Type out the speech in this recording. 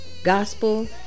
Gospel